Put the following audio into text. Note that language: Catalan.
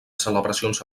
celebracions